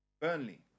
Burnley